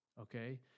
Okay